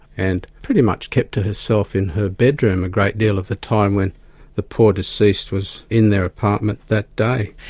and pretty much kept to herself in her bedroom a great deal of the time when the poor deceased was in their apartment that day.